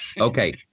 Okay